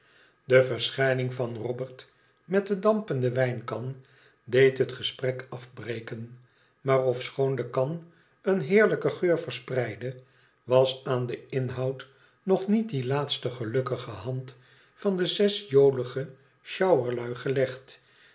de verschijning van robert met de dampende wijnkan deed het gesprek afbreken maar ofschoon de kan een heerlijken geur verspreidde was aan den inhoud nog niet die laatste gelukkige hand van de zes jolige sjouwerlui gelegd